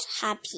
happy